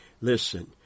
Listen